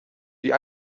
die